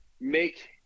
make